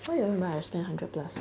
why I remember I spend one hundred plus